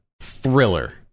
thriller